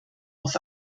auf